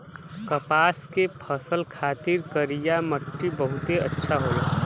कपास के फसल खातिर करिया मट्टी बहुते अच्छा होला